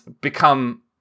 become